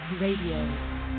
Radio